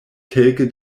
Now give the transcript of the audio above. kelke